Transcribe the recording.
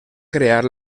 crear